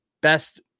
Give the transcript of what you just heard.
best